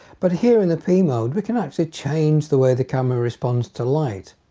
but here in the p mode we can actually change the way the camera responds to light.